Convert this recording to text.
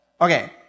Okay